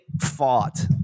fought